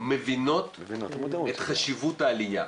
מבינות את חשיבות העלייה.